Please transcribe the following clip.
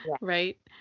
right